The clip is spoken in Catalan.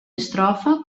estrofa